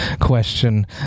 question